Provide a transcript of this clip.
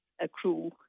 accrue